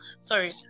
sorry